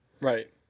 Right